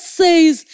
says